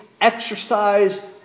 Exercise